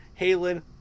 Halen